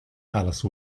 alice